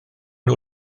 nhw